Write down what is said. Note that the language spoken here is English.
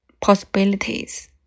possibilities